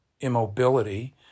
immobility